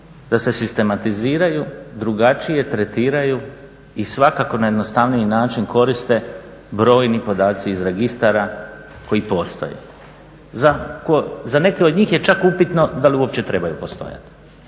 da se sistematiziraju, drugačije tretiraju i svakako na jednostavniji način koriste brojni podaci iz registara koji postoje. Za neke od njih je čak upitno da li uopće trebaju postojati.